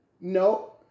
no